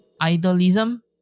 idealism